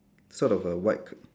sort of a white c~